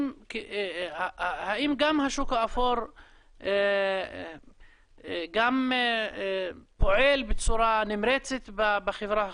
האם גם השוק האפור פועל בצורה נמרצת בחברה החרדית?